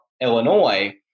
Illinois